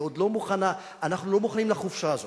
היא עוד לא מוכנה אנחנו לא מוכנים לחופשה הזאת.